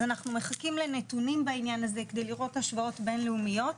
אז אנחנו מחכים לנתונים בעניין הזה כדי לראות השוואות בינלאומיות,